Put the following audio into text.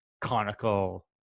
conical